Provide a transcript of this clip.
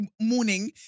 morning